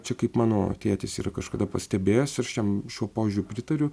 čia kaip mano tėtis yra kažkada pastebėjęs ir aš jam šiuo požiūriu pritariu